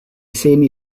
semi